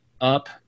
up